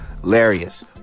Hilarious